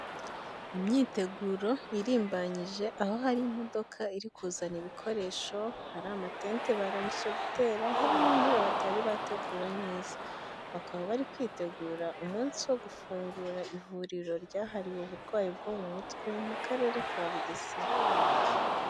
Imyiteguro irimbanyije aho hari imodoka iri kuzana ibikoresho, hari amatente barangije gutera, hari n'intebe batari bategura neza. Bakaba bari kwitegura umunsi wo gufungura ivuriro ryahariwe uburwayi bwo mu mutwe mu Karere ka Bugesera.